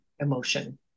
emotion